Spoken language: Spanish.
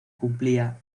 cumplía